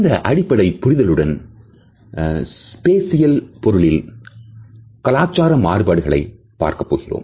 இந்த அடிப்படை புரிதலுடன் ஸ்பேசியல் பொருளில் கலாச்சார மாறுபாடுகளை பார்க்கப்போகிறோம்